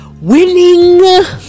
winning